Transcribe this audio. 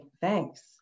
thanks